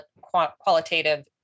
qualitative